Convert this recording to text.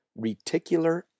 Reticular